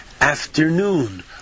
afternoon